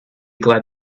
glad